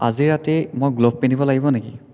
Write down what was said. আজি ৰাাতি মই গ্ল'ভ পিন্ধিব লাগিব নেকি